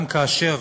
גם כאשר